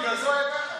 בגלל זה הוא היה ככה,